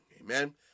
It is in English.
Amen